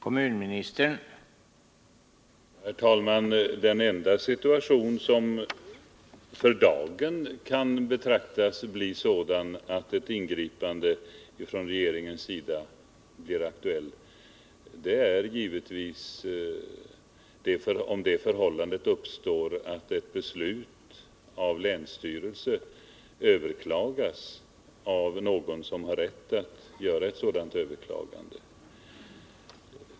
Herr talman! Den enda situation som för dagen kan betraktas vara sådan att ett ingripande från regeringen kan bli aktuellt är givetvis om det förhållandet uppstår att ett beslut av länsstyrelse överklagas av någon som har rätt att göra ett sådant överklagande.